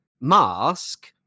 mask